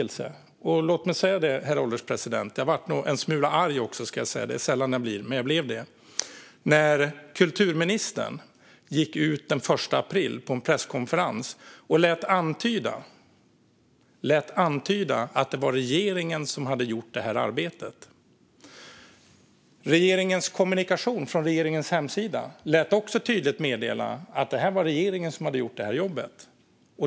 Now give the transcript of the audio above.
Låt mig säga, herr ålderspresident, att jag blev en smula arg och besviken - det är sällan jag blir arg, men då blev jag det - när kulturministern den 1 april gick ut på en presskonferens och lät antyda att det var regeringen som hade gjort detta arbete. Kommunikationen från regeringens hemsida lät också tydligt meddela att det var regeringen som hade gjort det här jobbet.